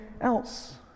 else